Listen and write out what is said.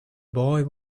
boy